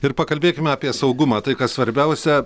ir pakalbėkime apie saugumą tai kas svarbiausia